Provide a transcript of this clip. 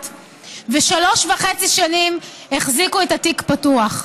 ושלוש וחצי שנים החזיקו את התיק פתוח.